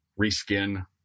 reskin